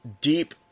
deep